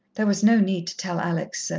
there was no need to tell alex so.